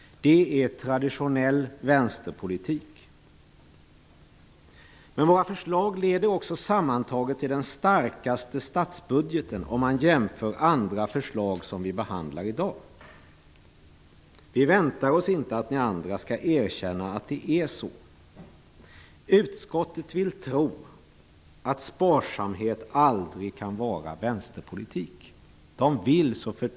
Detta är traditionell vänsterpolitik. Men våra förslag leder också sammantaget till den starkaste statsbudgeten, om man jämför med andra förslag som vi behandlar i dag. Vi förväntar oss inte att ni andra skall erkänna att det är så. Utskottet vill så förtvivlat gärna tro att sparsamhet aldrig kan vara vänsterpolitik.